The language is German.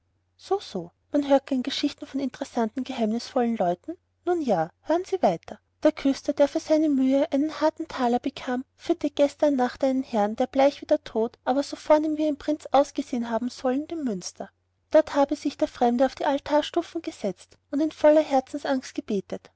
so so man hört gerne geschichten von interessanten geheimnisvollen leuten nun ja hören sie weiter der küster der für seine mühe einen harten taler bekam führte gestern nacht einen herrn der bleich wie der tod aber so vornehm wie ein prinz ausgesehen haben soll in den münster dort habe sich der fremde auf die altarstufen gesetzt und in voller herzensangst gebetet